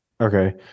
Okay